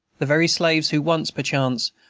the very slaves who once, perchance,